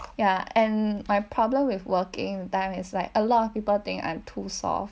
ya and my problem with working in time is like a lot of people think I'm too soft